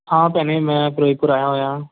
ਹਾਂ ਭੈਣੇ ਮੈਂ ਫਿਰੋਜ਼ਪੁਰ ਆਇਆ ਹੋਇਆ